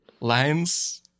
Lines